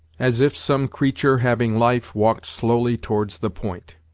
as if some creature having life walked slowly towards the point.